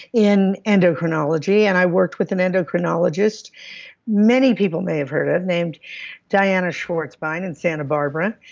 in endocrinology, and i worked with an endocrinologist many people may have heard of named diana schwarzbein in santa barbara.